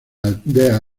aldeas